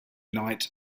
night